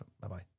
Bye-bye